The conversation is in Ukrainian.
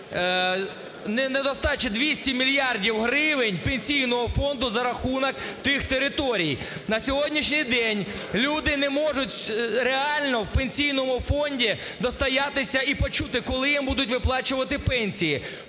недостача 200 мільярдів гривень Пенсійного фонду за рахунок тих територій. На сьогоднішній день люди не можуть реально в Пенсійному фонді достоятися і почути, коли їм будуть виплачувати пенсії.